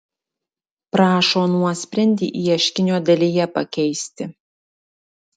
prašo nuosprendį ieškinio dalyje pakeisti